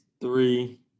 three